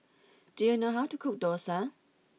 do you know how to cook Dosa